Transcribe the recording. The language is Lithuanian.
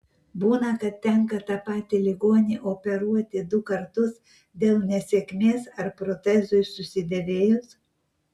būna kad tenka tą patį ligonį operuoti du kartus dėl nesėkmės ar protezui susidėvėjus